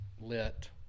lit